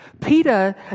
Peter